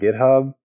GitHub